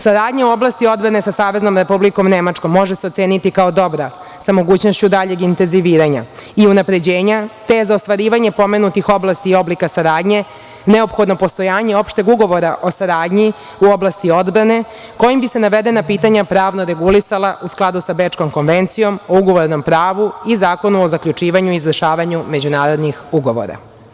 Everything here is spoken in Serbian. Saradnja u oblasti odbrane sa Saveznom Republikom Nemačkom može se oceniti kao dobra sa mogućnošću daljeg inteziviranja i unapređenja, te je za ostvarivanje pomenutih oblasti i oblika saradnje neophodno postojanje opšteg ugovora o saradnji u oblasti odbrane kojim bi se navedena pitanja pravno regulisala u skladu sa Bečkom konvencijom o ugovornom pravu i Zakonu o zaključivanju i izvršavanju međunarodnih ugovora.